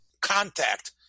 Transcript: contact